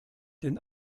den